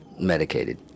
medicated